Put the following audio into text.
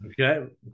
Okay